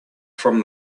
from